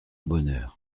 bonheur